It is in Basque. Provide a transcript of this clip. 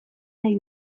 nahi